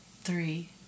three